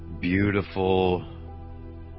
beautiful